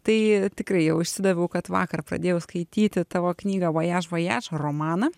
tai tikrai jau išsidaviau kad vakar pradėjau skaityti tavo knygą vojaž vojaž romaną